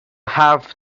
have